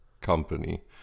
company